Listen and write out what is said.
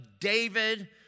David